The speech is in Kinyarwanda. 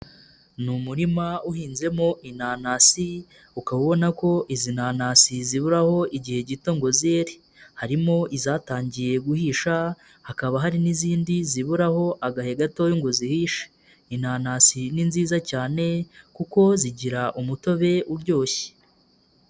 Ni umurima uhinzemo inanasi, ukaba ubona ko izi nanasi ziburaho igihe gito ngo zere, harimo izatangiye guhisha, hakaba hari n'izindi ziburaho agahe gato ngo zihishe, inanasi ni nziza cyane kuko zigira umutobe uryoshye.